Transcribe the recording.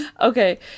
Okay